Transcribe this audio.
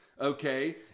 okay